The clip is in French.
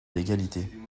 l’égalité